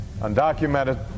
undocumented